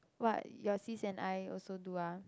what your sis and I also do ah